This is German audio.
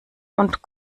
und